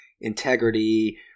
integrity